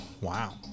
Wow